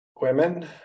women